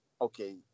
okay